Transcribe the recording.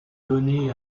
donné